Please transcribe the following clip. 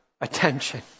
attention